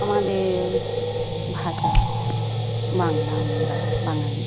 আমাদের ভাষা বাংলা আমরা বাঙালি